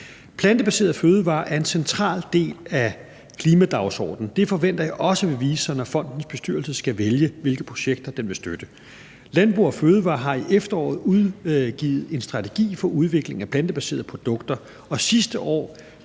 Plantebaserede fødevarer er en central del af klimadagsordenen. Det forventer jeg også vil vise sig, når fondens bestyrelse skal vælge, hvilke projekter den vil støtte. Landbrug & Fødevarer har i efteråret udgivet en strategi for udvikling af plantebaserede produkter, og sidste år